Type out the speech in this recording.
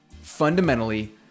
Fundamentally